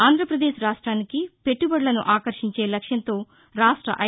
ఆంధ్రపదేశ్ రాష్ట్రానికి పెట్లుబడులను ఆకర్టించే లక్ష్యంతో రాష్ట ఐ